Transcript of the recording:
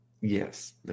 Yes